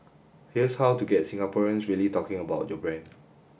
here's how to get Singaporeans really talking about your brand